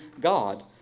God